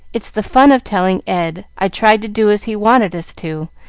it's the fun of telling ed i tried to do as he wanted us to,